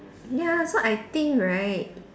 ya so I think right